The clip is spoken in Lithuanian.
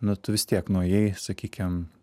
nu tu vis tiek nuėjai sakykim